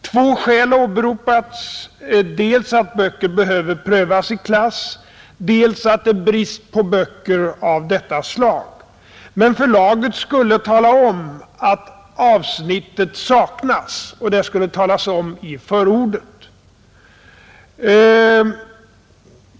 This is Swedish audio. Som skäl har åberopats dels att böcker behöver prövas i klass, dels att det råder brist på böcker av detta slag. Men förlaget skulle tala om att avsnittet saknas, och det skulle nämnas i förordet.